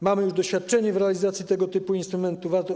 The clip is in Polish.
Mamy już doświadczenie w realizacji tego typu instrumentów.